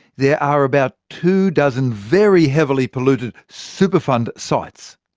there are about two dozen very heavily polluted superfund sites,